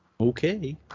Okay